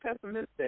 pessimistic